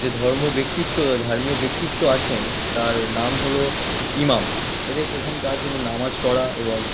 যে ধর্ম ব্যক্তিত্বরা ধার্মীয় ব্যক্তিত্ব আছেন তার নাম হলো ইমাম এদের প্রধান কাজ হলো নামাজ পড়া এবং